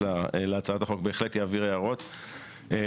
להצעת החוק בהחלט יעביר הערות בכתב.